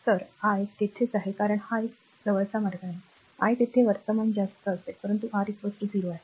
तर मी तिथेच आहे कारण हा एक जवळचा मार्ग आहे मी तेथे तेथे वर्तमान जास्त असेल परंतु आर ० आहे